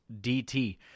DT